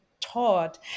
taught